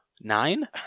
nine